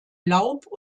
laub